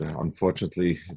unfortunately